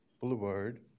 Boulevard